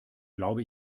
glaube